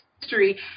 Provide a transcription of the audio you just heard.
history